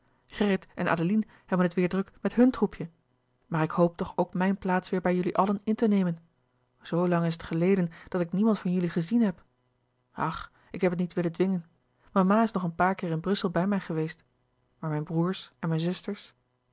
gerrit en adeline hebben het weêr druk met hun troepje maar ik hoop toch ook mijn plaats weêr bij jullie allen in te nemen zoo lang is het geleden dat ik niemand van jullie gezien heb ach ik heb het niet willen dwingen mama is nog eens een paar keer in brussel bij mij geweest maar mijn broêrs en mijn zusters